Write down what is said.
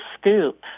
scoop